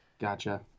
Gotcha